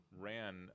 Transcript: ran